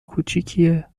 کوچیکیه